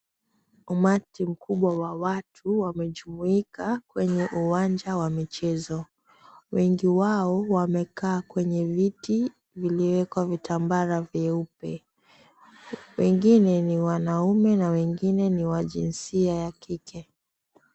Umati mkubwa wa watu wamejumuika kwenye uwanja wa michezo. Wengi wao wamekaa kwenye viti viliyowekwa vitambara vyeupe. Wengine ni wanaume na wengine ni wa jinsia ya kike.